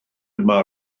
dyma